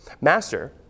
Master